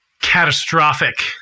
catastrophic